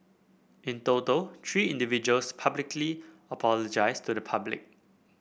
in total three individuals publicly apologised to the public